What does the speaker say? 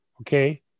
okay